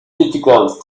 difficult